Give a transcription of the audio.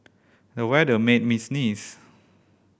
the weather made me sneeze